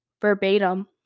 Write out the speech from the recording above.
verbatim